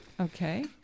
Okay